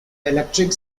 electric